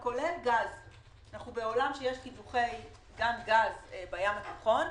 אנחנו בעולם שיש קידוחי גז בים התיכון,